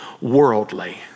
worldly